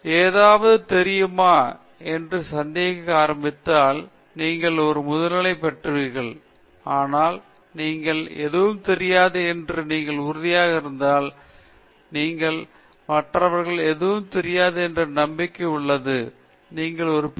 உனக்கு ஏதாவது தெரியுமா என்று சந்தேகிக்க ஆரம்பித்தால் நீங்கள் ஒரு முதுகலைப் பெறுவீர்கள் ஆனால் நீங்கள் எதுவும் தெரியாது என்று நீங்கள் உறுதியாக இருந்தால் ஆனால் நீங்கள் மற்றவர்கள் எதுவும் தெரியாது என்று நம்பிக்கை உள்ளது நீங்கள் ஒரு பி